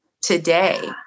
today